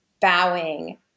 bowing